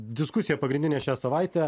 diskusija pagrindinė šią savaitę